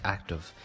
Active